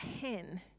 hen